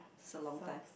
so long time